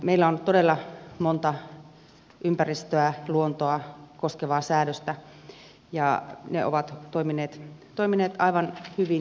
meillä on todella monta ympäristöä luontoa koskevaa säädöstä ja ne ovat toimineet aivan hyvin